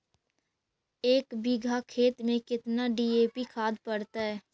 एक बिघा खेत में केतना डी.ए.पी खाद पड़तै?